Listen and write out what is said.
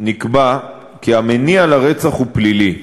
נקבע כי המניע לרצח הוא פלילי.